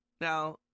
Now